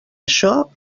això